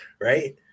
right